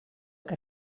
que